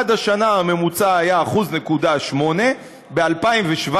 עד השנה הממוצע היה 1.8%; ב-2017,